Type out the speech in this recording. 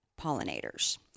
pollinators